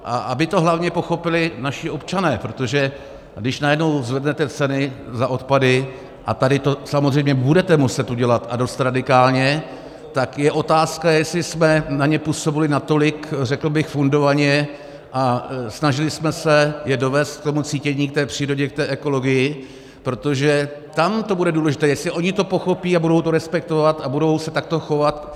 Aby to hlavně pochopili naši občané, protože když najednou zvednete ceny za odpady, a tady to samozřejmě budete muset udělat, a dost radikálně, tak je otázka, jestli jsme na ně působili natolik fundovaně a snažili jsme se je dovést k tomu cítění k té přírodě, k té ekologii, protože tam to bude důležité, jestli oni to pochopí a budou to respektovat a budou se takto chovat.